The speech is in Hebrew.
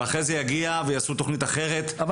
ואחרי זה יעשו תכנית אחרת,